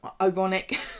ironic